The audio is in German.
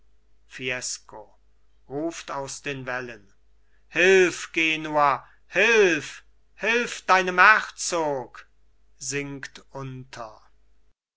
fiesco ruft aus den wellen hilf genua hilf hilf deinem herzog sinkt unter